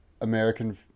American